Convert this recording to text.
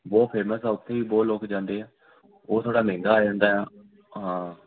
ਬਹੁਤ ਫੇਸਮ ਆ ਉੱਥੇ ਵੀ ਬਹੁਤ ਲੋਕ ਜਾਂਦੇ ਆ ਉਹ ਥੋੜ੍ਹਾ ਮਹਿੰਗਾ ਆ ਜਾਂਦਾ ਆ ਹਾਂ